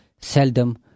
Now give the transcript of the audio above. Seldom